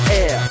air